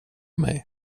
mig